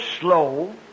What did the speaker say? slow